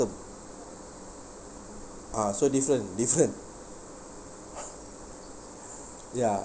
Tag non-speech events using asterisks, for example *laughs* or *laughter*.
a'ah so different different *laughs* ya